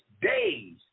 days